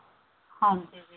ਹਾਂਜੀ ਜੀ